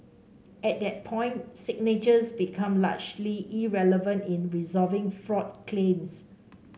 at that point signatures became largely irrelevant in resolving fraud claims